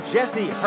Jesse